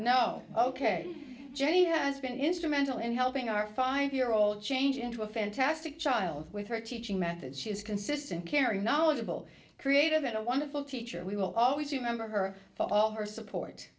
no ok jenny has been instrumental in helping our five year old change into a fantastic child with her teaching methods she is consistent carrie knowledgeable creative and a wonderful teacher we will always remember her for her support